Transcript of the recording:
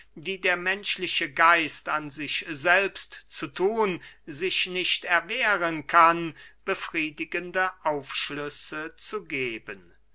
die der menschliche geist an sich selbst zu thun sich nicht erwehren kann befriedigende aufschlüsse zu geben